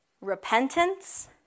repentance